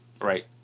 Right